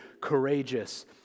courageous